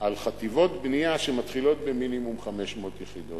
על חטיבות בנייה שמתחילות במינימום 500 יחידות.